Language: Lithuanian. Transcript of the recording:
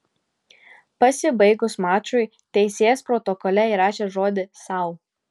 pasibaigus mačui teisėjas protokole įrašė žodį sau